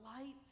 lights